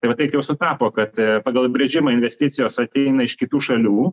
tai va taip jau sutapo kad pagal apibrėžimą investicijos ateina iš kitų šalių